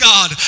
God